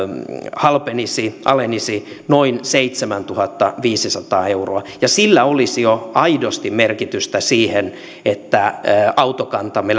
halpenisi alenisi noin seitsemäntuhattaviisisataa euroa ja sillä olisi jo aidosti merkitystä siihen että autokantamme